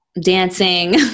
dancing